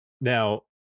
now